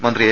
മന്ത്രി എ